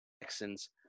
Texans